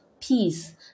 Peace